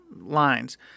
lines